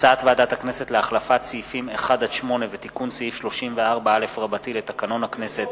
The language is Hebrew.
הצעת ועדת הכנסת להחלפת סעיפים 1 8 ותיקון סעיף 34א לתקנון הכנסת,